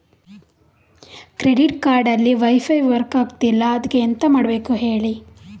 credit card ಅಲ್ಲಿ WiFi work ಆಗ್ತಿಲ್ಲ ಅದ್ಕೆ ಎಂತ ಮಾಡಬೇಕು ಹೇಳಿ